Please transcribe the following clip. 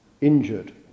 injured